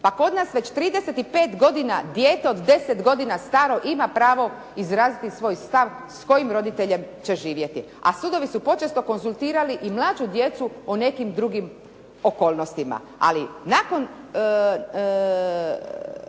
A kod nas već 35 godina dijete od 10 godina staro ima pravo izraziti svoj stav s kojim roditeljem će živjeti. A sudovi su počesto konzultirali i mlađu djecu o nekim drugim okolnostima. Ali nakon